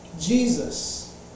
Jesus